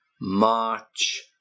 march